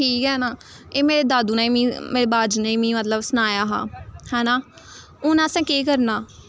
ठीक ऐ ना एह् मेरे दादू ने एह् मीं मेरे बाजी ने एह् मी मतलब सनाया हा है ना हून असें केह् करना